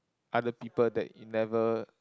other people that you never